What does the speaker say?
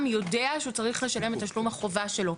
יודע שהוא צריך לשלם את תשלום החובה שלו.